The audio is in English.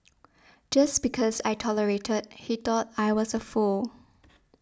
just because I tolerated he thought I was a fool